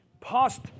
passed